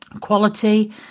quality